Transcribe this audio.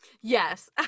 Yes